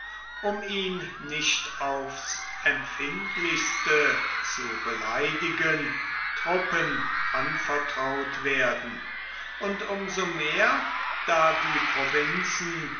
um ihn nicht aufs empfindlichste zu beleidigen truppen anvertraut werden und um so mehr da die provinzen